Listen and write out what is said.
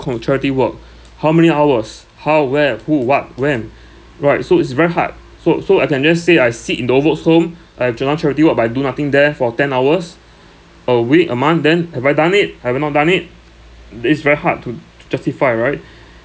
from charity work how many hours how where who what when right so it's very hard so so I can just say I sit in the old folks' home I've joined a charity work but I do nothing there for ten hours a week a month then have I done it have I not done it it's very hard to to justify right